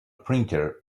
printer